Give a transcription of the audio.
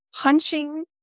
punching